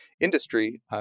industry